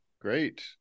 Great